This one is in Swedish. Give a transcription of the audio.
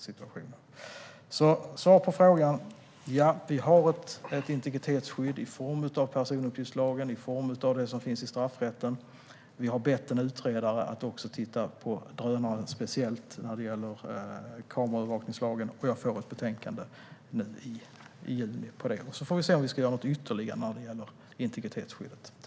Svaret på frågan är alltså att vi har ett integritetsskydd i form av personuppgiftslagen och det som finns i straffrätten. Vi har bett en utredare att också titta speciellt på drönare när det gäller kameraövervakningslagen, och jag får ett betänkande nu i juni. Och så får vi se om vi ska göra något ytterligare när det gäller integritetsskyddet.